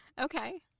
Okay